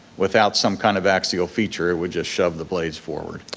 without some kind of axial feature it would just shove the blades forward.